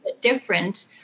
different